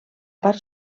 part